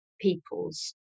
peoples